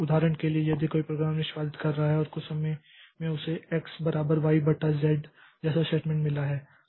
उदाहरण के लिए यदि कोई प्रोग्राम निष्पादित कर रहा है और कुछ समय में उसे x बराबर y बटा z जैसा स्टेटमेंट मिला है